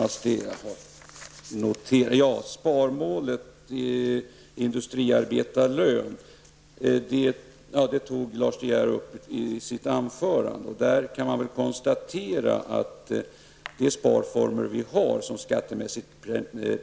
Lars De Geer tog upp frågan om sparmålet och industriarbetarlönen i sitt anförande. De sparformer som skattemässigt